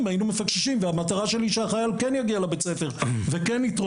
היינו מפקששים והמטרה שלי היא שהחייל יגיע לבית הספר ויתרום,